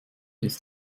ist